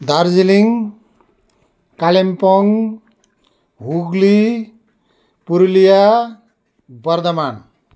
Darjeeling Kalimpong Hooghly Purulia Bardhaman